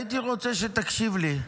הייתי רוצה שתקשיב לי,